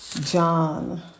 John